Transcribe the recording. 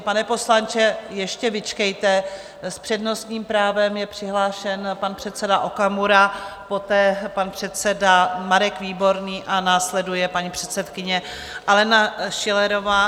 Pane poslanče, ještě vyčkejte, s přednostním právem je přihlášen pan předseda Okamura, poté pan předseda Marek Výborný a následuje paní předsedkyně Alena Schillerová.